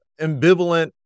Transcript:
ambivalent